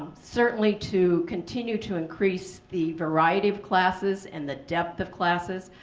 certainly to continue to increase the variety of classes and the depth of classes.